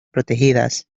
protegidas